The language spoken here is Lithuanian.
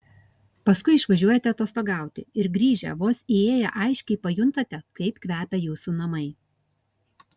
paskui išvažiuojate atostogauti ir grįžę vos įėję aiškiai pajuntate kaip kvepia jūsų namai